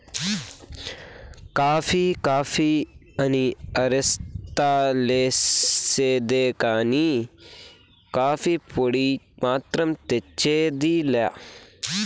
coffee coffee అని అరస్తా లేసేదే కానీ, కాఫీ పొడి మాత్రం తెచ్చేది లా